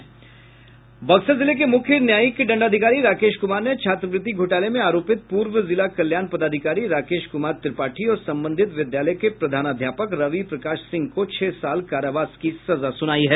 बक्सर जिले के मुख्य न्यायिक दंडाधिकारी राकेश कुमार ने छात्रवृत्ति घोटाले में आरोपित पूर्व जिला कल्याण पदाधिकारी राकेश कुमार त्रिपाठी और संबंधित विद्यालय के प्रधानाध्यापक रवि प्रकाश सिंह को छह साल कारावास की सजा सुनाई है